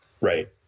Right